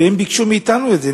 והם ביקשו מאתנו את זה,